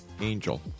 Angel